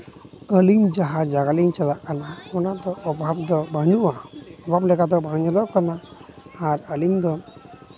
ᱟᱹᱞᱤᱧ ᱡᱟᱦᱟᱸ ᱡᱟᱭᱜᱟ ᱞᱤᱧ ᱪᱟᱞᱟᱜ ᱠᱟᱱᱟ ᱚᱱᱟᱫᱚ ᱚᱵᱷᱟᱵᱽ ᱫᱚ ᱵᱟᱹᱱᱩᱜᱼᱟ ᱚᱵᱷᱟᱵᱽ ᱞᱮᱠᱟᱫᱚ ᱵᱟᱝ ᱧᱮᱞᱚᱜ ᱠᱟᱱᱟ ᱟᱨ ᱟᱹᱞᱤᱧ ᱫᱚ